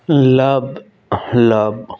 ਲਬਲਬ